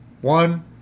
One